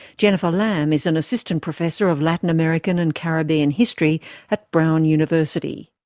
jennifer lambe is an assistant professor of latin american and caribbean history at brown university.